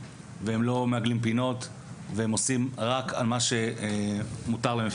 לא מעגלים פינות ועושים רק את מה שמותר להם,